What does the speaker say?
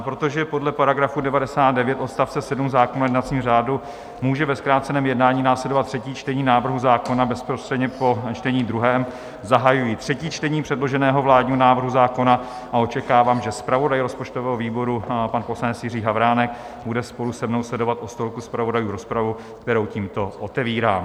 Protože podle § 99 odst. 7 zákona o jednacím řádu může ve zkráceném jednání následovat třetí čtení návrhu zákona bezprostředně po čtení druhém, zahajuji třetí čtení předloženého vládního návrhu zákona a očekávám, že zpravodaj rozpočtového výboru, pan poslanec Jiří Havránek bude spolu se mnou sledovat od stolku zpravodajů rozpravu, kterou tímto otevírám.